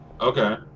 Okay